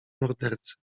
mordercy